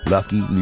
Lucky